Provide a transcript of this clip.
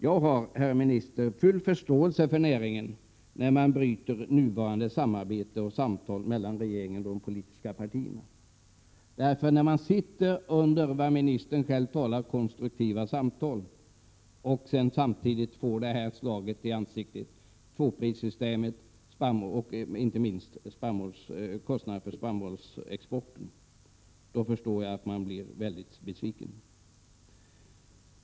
Jag har, herr minister, full förståelse för näringen när det nuvarande samarbetet och samtalen mellan regeringen och partierna bryts. När man sitter i vad ministern själv kallar konstruktiva samtal och får tvåprissystemet och inte minst kostnaderna för spannmålsexporten som ett slag i ansiktet, förstår jag att man blir besviken.